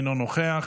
אינו נוכח.